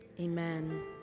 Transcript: amen